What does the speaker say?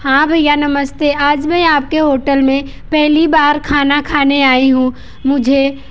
हाँ भैया नमस्ते आज मैं आपके होटल में पहली बार खाना खाने आई हूँ मुझे